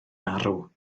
arw